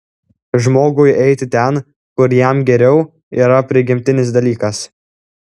žmogui eiti ten kur jam geriau yra prigimtinis dalykas